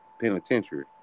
penitentiary